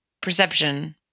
Perception